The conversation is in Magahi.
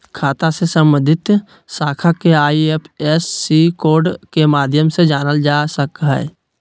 खाता से सम्बन्धित शाखा के आई.एफ.एस.सी कोड के माध्यम से जानल जा सक हइ